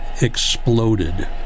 exploded